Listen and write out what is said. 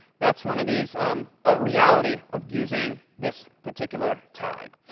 that's one of these a reality of using this particular tag.